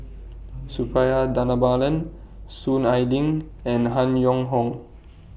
Suppiah Dhanabalan Soon Ai Ling and Han Yong Hong